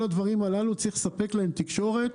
לכל הדברים האלה צריך לספק תקשורת.